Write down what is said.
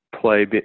play